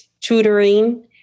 tutoring